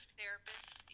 therapists